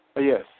Yes